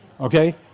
Okay